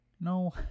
No